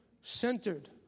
centered